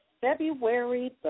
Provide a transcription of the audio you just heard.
February